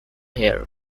here